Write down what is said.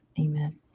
Amen